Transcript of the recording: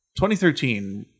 2013